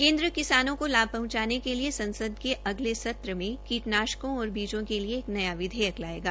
केन्द्र किसानों को लाभ पहंचाने के लिए संसद के अगले सत्र में कीटनाशकों और बीजो के लिए एक न्या विधेयक लायेगा